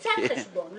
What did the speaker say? קצת חשבון.